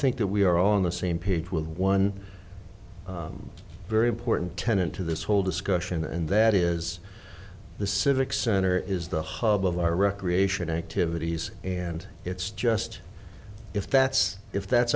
think that we are all on the same page with one very important tenant to this whole discussion and that is the civic center is the hub of our recreation activities and it's just if that's if that's